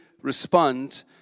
respond